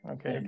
Okay